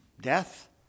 Death